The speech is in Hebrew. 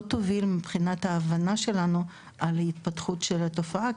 תוביל להבנה שלנו על ההתפתחות של התופעה,